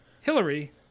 Hillary